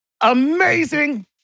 Amazing